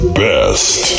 best